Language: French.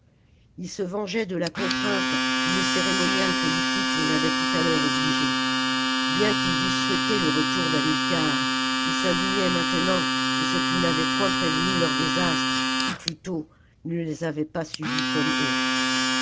ils se vengeaient de la contrainte où le cérémoi salammbo i j i niai politique les avait tout à l'heure obligés bien qu'ils eussent souhaité le retour d'hamilcar ils s'indignaient maintenant de ce qu'il n'avait point prévenu leurs désastres ou plutôt ne les avait pas subis comme eux